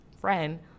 friend